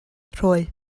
rhoi